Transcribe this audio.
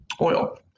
Oil